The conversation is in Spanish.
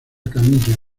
camilla